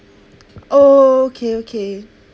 oh okay okay